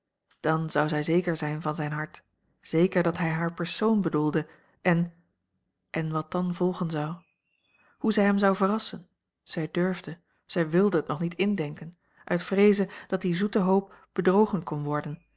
dan zou zij zeker zijn van zijn hart zeker dat hij haar persoon bedoelde en en wat dan volgen zou hoe zij hem zou verrassen zij durfde zij wilde het nog niet indenken uit vreeze dat die zoete hoop bedrogen kon worden